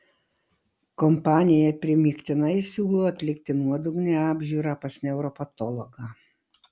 kompanija primygtinai siūlo atlikti nuodugnią apžiūrą pas neuropatologą